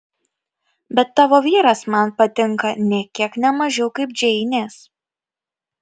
bet tavo vyras man patinka nė kiek ne mažiau kaip džeinės